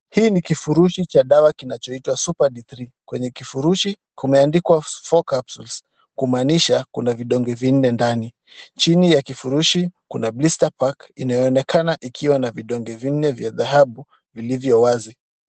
Hii ni kifurushi cha dawa kinachoitwa super D3 . Kwenye kifurushi kumeandikwa four capsules kumaanisha kuna vidonge vinne ndani. Chini ya kifurushi kuna blister pack inayoonekana ikiwa na vidonge vinne vya dhahabu vilivyo wazi.